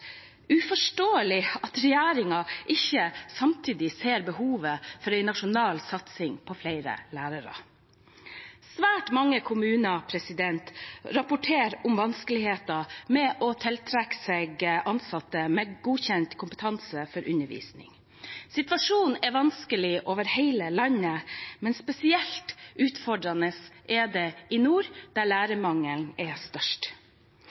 uforståelig at regjeringen ikke samtidig ser behovet for en nasjonal satsing på flere lærere. Svært mange kommuner rapporterer om vanskeligheter med å tiltrekke seg ansatte med godkjent kompetanse for undervisning. Situasjonen er vanskelig over hele landet, men spesielt utfordrende er det i nord, der lærermangelen er størst.